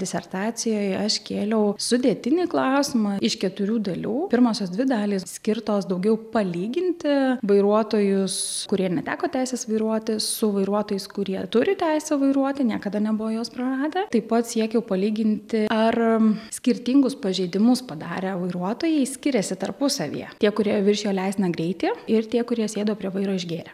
disertacijoje aš kėliau sudėtinį klausimą iš keturių dalių pirmosios dvi dalys skirtos daugiau palyginti vairuotojus kurie neteko teisės vairuoti su vairuotojais kurie turi teisę vairuoti niekada nebuvo jos praradę taip pat siekiau palyginti ar skirtingus pažeidimus padarę vairuotojai skiriasi tarpusavyje tie kurie viršijo leistiną greitį ir tie kurie sėdo prie vairo išgėrę